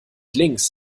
links